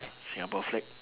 singapore flag